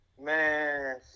Man